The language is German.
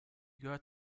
gehört